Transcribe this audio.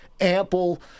ample